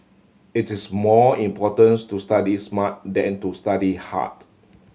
it is more importance to study smart than to study hard